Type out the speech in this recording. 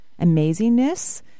amazingness